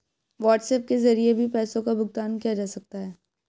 WhatsApp के जरिए भी पैसों का भुगतान किया जा सकता है